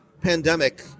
pandemic